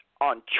on